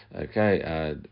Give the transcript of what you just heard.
Okay